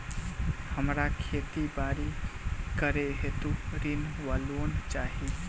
हमरा खेती बाड़ी करै हेतु ऋण वा लोन चाहि?